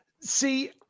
See